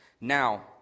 Now